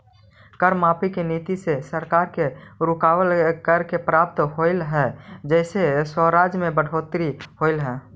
कर माफी के नीति से सरकार के रुकवल, कर के प्राप्त होवऽ हई जेसे राजस्व में बढ़ोतरी होवऽ हई